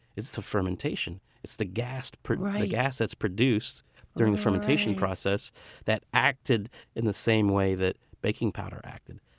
it's the fermentation, it's the gas the gas that's produced during the fermentation process that acted in the same way that baking powder acted.